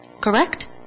Correct